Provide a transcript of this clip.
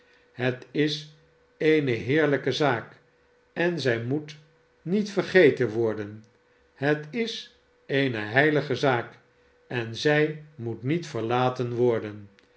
het is eene heerlijke zaak en zij moet niet vergeten worden het is eene heilige zaak en zij moet niet verlaten worden